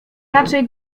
raczej